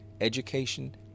education